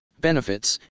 benefits